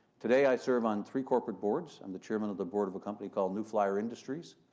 today i serve on three corporate boards. i'm the chairman of the board of a company called new flyer industries.